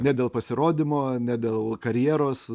ne dėl pasirodymo ne dėl karjeros